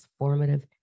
transformative